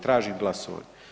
Tražim glasovanje.